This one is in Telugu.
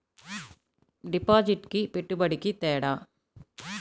డిపాజిట్కి పెట్టుబడికి తేడా?